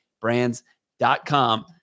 brands.com